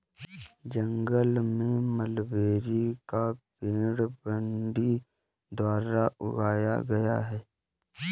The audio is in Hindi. जंगल में मलबेरी का पेड़ बडिंग द्वारा उगाया गया है